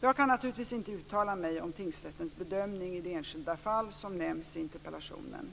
Jag kan naturligtvis inte uttala mig om tingsrättens bedömning i det enskilda fall som nämns i interpellationen.